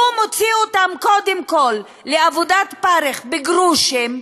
הוא מוציא אותן קודם כול לעבודת פרך בגרושים,